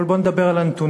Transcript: אבל בוא נדבר על הנתונים.